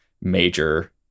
major